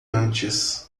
antes